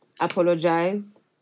apologize